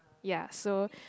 ya so